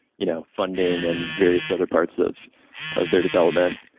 you know funding and various other parts of of their development.